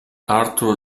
arthur